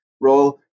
role